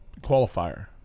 qualifier